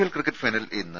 L cricket final ഇന്ന്